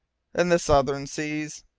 in the southern seas.